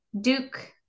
duke